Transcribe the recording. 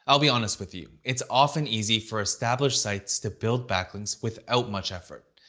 i'll be honest with you. it's often easy for established sites to build backlinks without much effort.